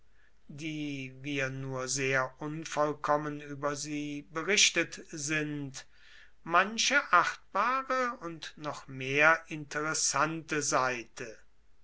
die wir nur sehr unvollkommen über sie berichtet sind manche achtbare und noch mehr interessante seite